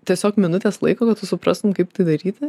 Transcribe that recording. tiesiog minutės laiko kad tu suprastum kaip tai daryti